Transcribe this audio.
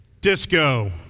Disco